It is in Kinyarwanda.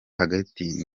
hagati